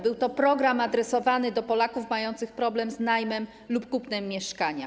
Był to program adresowany do Polaków mających problem z najmem lub kupnem mieszkania.